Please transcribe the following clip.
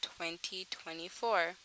2024